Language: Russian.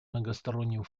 многосторонним